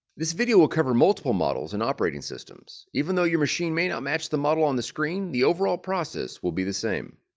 this video will cover multiple models and operating systems even though your machine may not match the model on the screen the overall process will be the same